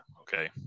Okay